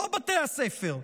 לא בתי הספר,